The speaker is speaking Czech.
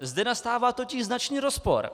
Zde nastává totiž značný rozpor.